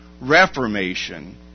reformation